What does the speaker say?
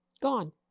Gone